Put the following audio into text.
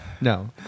No